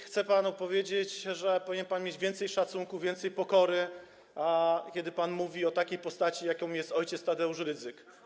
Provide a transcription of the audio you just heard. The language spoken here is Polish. Chcę panu powiedzieć, że powinien pan mieć więcej szacunku, więcej pokory, kiedy pan mówi o takiej postaci, jaką jest ojciec Tadeusz Rydzyk.